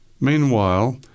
Meanwhile